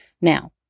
Now